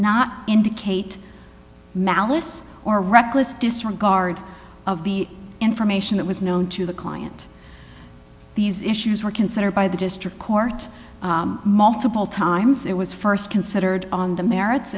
not indicate malice or reckless disregard of the information that was known to the client these issues were considered by the district court multiple times it was st considered on the merits